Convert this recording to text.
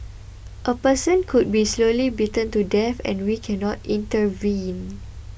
a person could be slowly beaten to death and we cannot intervene